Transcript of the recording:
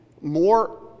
more